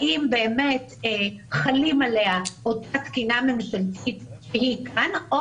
האם באמת חלה עליה אותה תקינה ממשלתית --- או